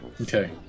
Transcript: Okay